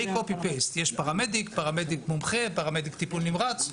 לגבי פרמדיק בכיר ביקשו את נושא הניסיון, ואז.